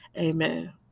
Amen